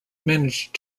managed